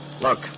Look